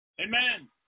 Amen